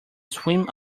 swim